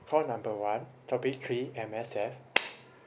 call number one topic three M_S_F